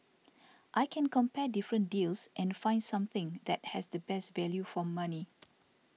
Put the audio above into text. I can compare different deals and find something that has the best value for money